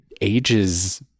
ages